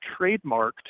trademarked